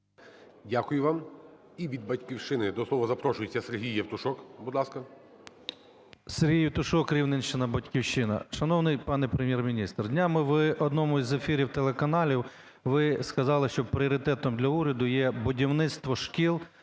Дякую вам. І від "Батьківщини" до слова запрошується Сергій Євтушок.